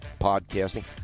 podcasting